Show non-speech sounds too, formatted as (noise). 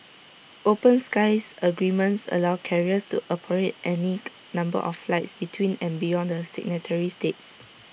open skies agreements allow carriers to operate any (noise) number of flights between and beyond the signatory states